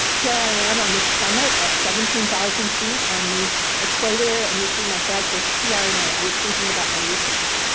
here i am on the summit at seventeen thousand feet on the equator, and you see my flag says trna. i was thinking about my research.